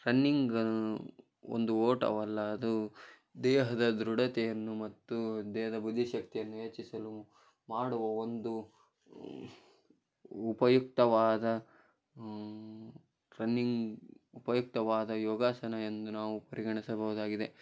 running ಒಂದು ಓಟವಲ್ಲ ಅದು ದೇಹದ ದೃಢತೆಯನ್ನು ಮತ್ತು ದೇಹದ ಬುದ್ಧಿಶಕ್ತಿಯನ್ನು ಹೆಚ್ಚಿಸಲು ಮಾಡುವ ಒಂದು ಉಪಯುಕ್ತವಾದ ರನ್ನಿಂಗ್ ಉಪಯುಕ್ತವಾದ ಯೋಗಾಸನ ಎಂದು ನಾವು ಪರಿಗಣಿಸಬಹುದಾಗಿದೆ